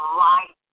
right